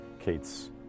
Kate's